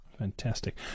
Fantastic